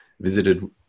visited